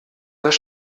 das